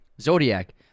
zodiac